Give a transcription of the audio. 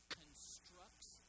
constructs